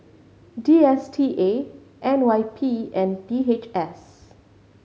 D S T A N Y P and D H S